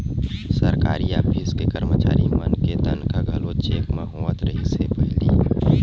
सरकारी ऑफिस के करमचारी मन के तनखा घलो चेक म होवत रिहिस हे पहिली